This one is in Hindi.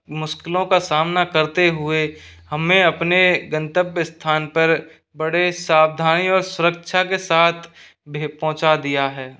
मुश्किलों का सामना करते हुए हमें अपने गंतब्य स्थान पर बड़े सावधानी और सुरक्षा के साथ भी पहुँचा दिया है